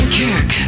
kick